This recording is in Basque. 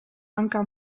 hanka